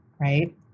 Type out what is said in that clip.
right